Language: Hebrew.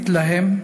מתלהם,